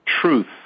truth